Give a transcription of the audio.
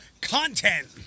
Content